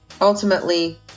Ultimately